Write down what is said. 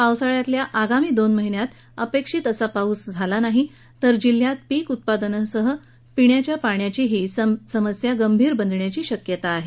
पावसाळ्यातील आगामी दोन महिन्यात अपेक्षित असा पाऊस न झाल्यास जिल्ह्यात पीक उत्पादनासह पिण्याच्या पाण्याची समस्या गंभीर बनण्याची शक्यता आहे